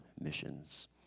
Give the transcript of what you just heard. missions